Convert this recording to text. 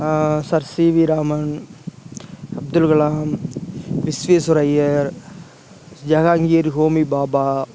sir C V Raman Abdul Kalam Visvesvara Iyer Jehangir Homi Baba